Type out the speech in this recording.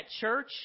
church